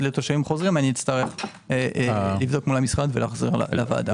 לתושבים חוזרים אצטרך לבדוק מול המשרד ולחזור לוועדה.